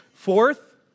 Fourth